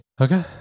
Okay